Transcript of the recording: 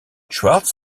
schwartz